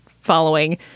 following